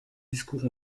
discours